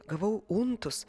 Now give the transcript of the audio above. gavau untus